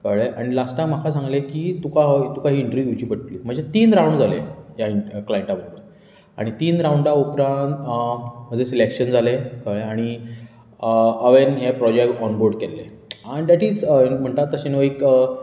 कळ्ळें आनी लास्टाक म्हाका सांगले की तुका तुका ही इंटरव्यू दिवची पडटली म्हजे तीन रावंड जाले त्या क्लांयंटा बरोबर आनी तीन रावंडा उपरांत म्हजें सिलॅक्शन जालें कळ्ळें आनी हांवेंन हें प्रॉजेक्ट ऑन बोर्ड केल्लें देट इज म्हणटात तशे